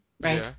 right